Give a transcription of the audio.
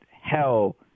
hell